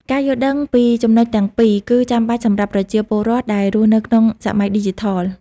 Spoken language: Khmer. ការយល់ដឹងពីចំណុចទាំងពីរគឺចាំបាច់សម្រាប់ប្រជាពលរដ្ឋដែលរស់នៅក្នុងសម័យឌីជីថល។